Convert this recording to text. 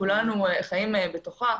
שכולנו חיים בתוכה.